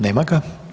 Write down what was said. Nema ga.